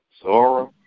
Zora